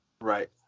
Right